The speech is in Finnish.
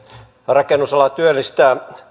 rakennusala työllistää